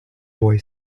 boy